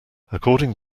according